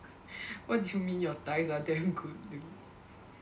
what do you mean your thighs are damn good dude